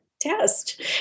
test